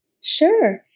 Sure